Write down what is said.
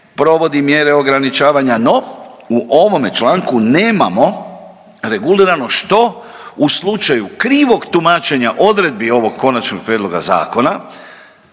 provodi mjere ograničavanja, no u ovome članku nemamo regulirano što, u slučaju krivog tumačenja odredbi ovog konačnog prijedloga zakona